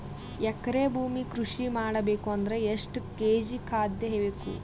ಎಕರೆ ಭೂಮಿ ಕೃಷಿ ಮಾಡಬೇಕು ಅಂದ್ರ ಎಷ್ಟ ಕೇಜಿ ಖಾದ್ಯ ಬೇಕು?